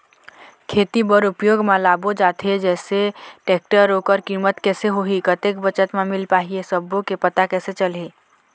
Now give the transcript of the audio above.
खेती बर उपयोग मा लाबो जाथे जैसे टेक्टर ओकर कीमत कैसे होही कतेक बचत मा मिल पाही ये सब्बो के पता कैसे चलही?